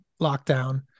lockdown